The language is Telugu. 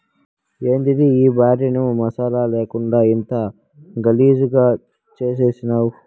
యాందిది ఈ భార్యని మసాలా లేకుండా ఇంత గలీజుగా చేసినావ్